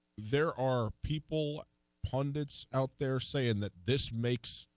there are people pundits out there saying that this makes